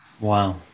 wow